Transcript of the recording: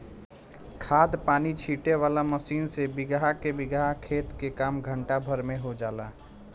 खाद पानी छीटे वाला मशीन से बीगहा के बीगहा खेत के काम घंटा भर में हो जाला